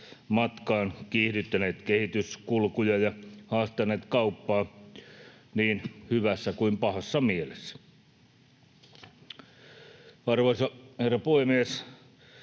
matkaan, kiihdyttäneet kehityskulkuja ja haastaneet kauppaa, niin hyvässä kuin pahassa mielessä. Arvoisa herra puhemies!